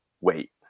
wait